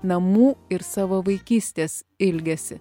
namų ir savo vaikystės ilgesį